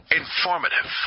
informative